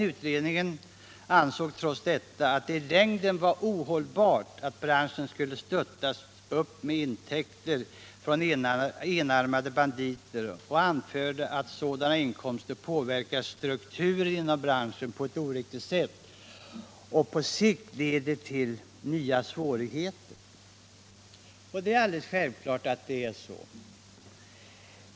Utredningen ansåg trots detta att det i längden är ohållbart att branschen stöttas upp med intäkter från enarmade banditer och anförde att sådana inkomster påverkar strukturen inom branschen på ett oriktigt sätt och på sikt leder till nya svårigheter. Det är alldeles klart att det förhåller sig så.